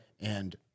And-